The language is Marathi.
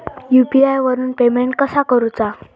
यू.पी.आय वरून पेमेंट कसा करूचा?